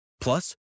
Plus